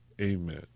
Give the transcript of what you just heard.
Amen